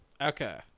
Okay